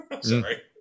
sorry